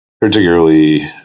particularly